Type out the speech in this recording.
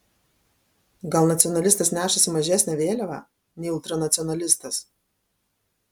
gal nacionalistas nešasi mažesnę vėliavą nei ultranacionalistas